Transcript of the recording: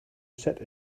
set